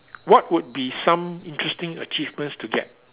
what would be some interesting achievements to get